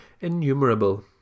innumerable